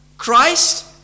Christ